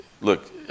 look